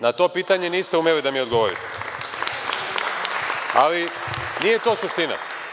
Na to pitanje niste umeli da mi odgovorite, ali nije to suština.